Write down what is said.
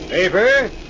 Paper